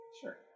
Sure